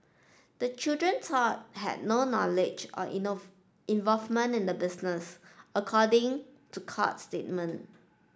the children though had no knowledge or involvement in the business according to court statement